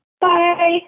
Bye